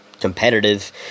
competitive